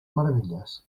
meravelles